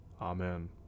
Amen